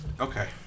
okay